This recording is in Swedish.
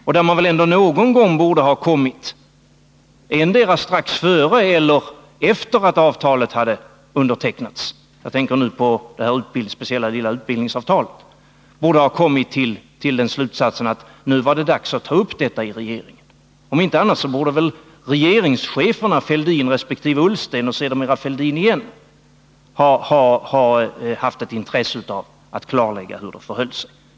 Och man borde väl ändå någon gång — antingen strax före eller efter det att det speciella utbildningsavtalet undertecknades — ha kommit till slutsatsen att det nu var dags att ta upp detta i regeringen. Om inte annat borde väl regeringscheferna — Thorbjörn Fälldin resp. Ola Ullsten och sedermera Thorbjörn Fälldin igen — ha haft ett intresse av att klarlägga hur det förhöll sig.